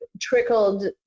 trickled